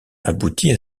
aboutit